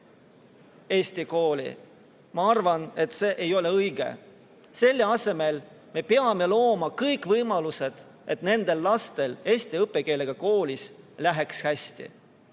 eesti kooli, ma arvan, ei ole õige. Selle asemel me peame looma kõik võimalused, et nendel lastel läheks eesti õppekeelega koolis hästi.